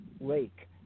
lake